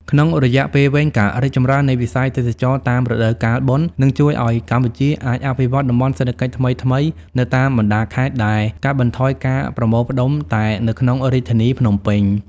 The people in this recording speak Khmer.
ក្នុងរយៈពេលវែង ការរីកចម្រើននៃវិស័យទេសចរណ៍តាមរដូវកាលបុណ្យ នឹងជួយឱ្យកម្ពុជាអាចអភិវឌ្ឍតំបន់សេដ្ឋកិច្ចថ្មីៗនៅតាមបណ្តាខេត្ត ដែលកាត់បន្ថយការប្រមូលផ្តុំតែនៅក្នុងរាជធានីភ្នំពេញ។